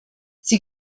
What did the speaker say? sie